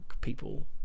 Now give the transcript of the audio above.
people